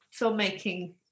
filmmaking